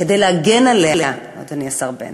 כדי להגן עליה, אדוני השר בנט,